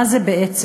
מה זה בעצם?